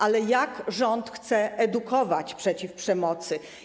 Ale jak rząd chce edukować przeciw przemocy?